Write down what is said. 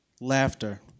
laughter